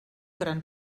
gran